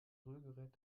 rührgerät